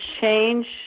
change